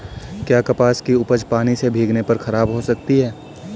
क्या कपास की उपज पानी से भीगने पर खराब हो सकती है?